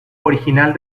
original